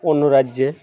অন্য রাজ্যে